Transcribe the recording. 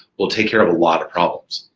will take care of a lot of problems.